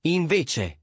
invece